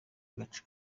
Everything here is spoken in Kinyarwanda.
agace